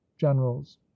generals